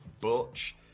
Butch